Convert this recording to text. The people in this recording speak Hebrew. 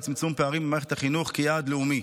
צמצום פערים במערכת החינוך כיעד לאומי.